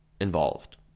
involved